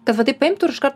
kad va taip paimtų ir iškart